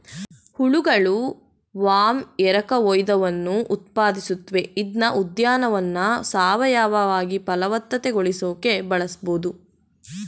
ಹುಳಗಳು ವರ್ಮ್ ಎರಕಹೊಯ್ದವನ್ನು ಉತ್ಪಾದಿಸುತ್ವೆ ಇದ್ನ ಉದ್ಯಾನವನ್ನ ಸಾವಯವವಾಗಿ ಫಲವತ್ತತೆಗೊಳಿಸಿಕೆ ಬಳಸ್ಬೋದು